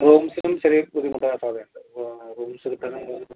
റൂംസും ചെറിയ ബുദ്ധിമുട്ടാണ് സാറേ അപ്പം റൂംസ് കിട്ടണമെങ്കിൽ